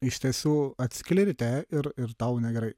iš tiesų atsikeli ryte ir ir tau negerai